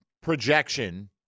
projection